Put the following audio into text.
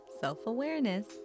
self-awareness